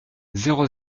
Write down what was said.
zéro